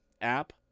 app